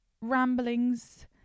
ramblings